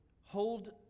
hold